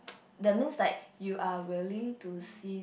that means like you are willing to see